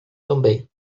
também